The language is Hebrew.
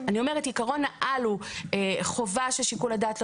אני אומרת שעקרון העל הוא חובה ששיקול הדעת לא